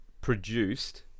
produced